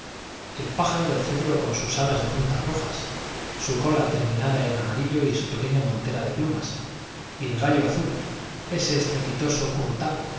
el pájaro del cedro con sus alas de puntas rojas su cola terminada en amarillo y su pequeña montera de plumas y el gayo azul ese estrepitoso currutaco con